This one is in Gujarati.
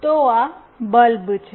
તો આ બલ્બ છે